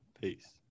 Peace